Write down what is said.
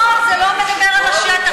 לא, זה לא מדבר על השטח.